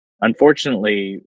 Unfortunately